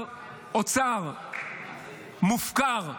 ושר אוצר מופקר,